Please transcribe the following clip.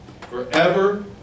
Forever